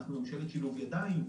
אנחנו ממשלת שילוב ידיים,